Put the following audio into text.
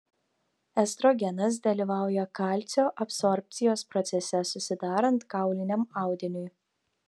estrogenas dalyvauja kalcio absorbcijos procese susidarant kauliniam audiniui